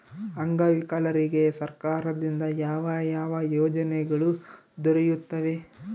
ಅಂಗವಿಕಲರಿಗೆ ಸರ್ಕಾರದಿಂದ ಯಾವ ಯಾವ ಯೋಜನೆಗಳು ದೊರೆಯುತ್ತವೆ?